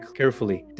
carefully